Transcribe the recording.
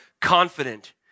confident